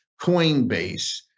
Coinbase